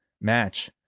match